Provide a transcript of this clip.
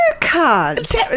cards